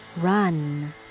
Run